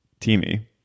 teamy